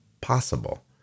Possible